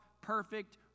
perfect